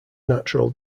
natural